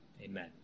Amen